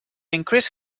increase